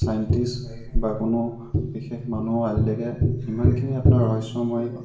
scientist বা কোনো বিশেষ মানুহ আজিলৈকে ইমানখিনি আপোনাৰ ৰহস্যময়